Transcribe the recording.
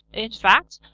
in fact,